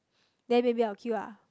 then maybe I will queue ah